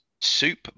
soup